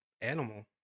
animal